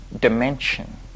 dimension